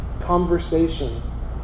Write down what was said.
conversations